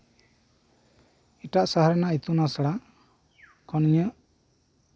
ᱮᱴᱟᱜ ᱥᱚᱦᱚᱨ ᱨᱮᱭᱟᱜ ᱤᱛᱩᱱ ᱟᱥᱲᱟ ᱚᱱᱤᱭᱟᱹ